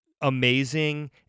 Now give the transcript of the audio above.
amazing